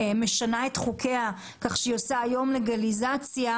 משנה את חוקיה כך שהיא עושה היום לגליזציה,